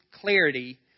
clarity